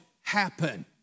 happen